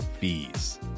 fees